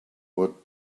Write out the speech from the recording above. what